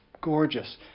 gorgeous